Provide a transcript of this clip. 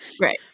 Right